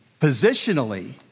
Positionally